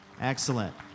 Excellent